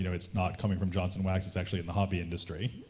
you know it's not coming from johnson wax, it's actually in the hobby industry,